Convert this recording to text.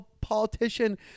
politician